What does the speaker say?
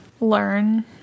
learn